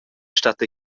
stat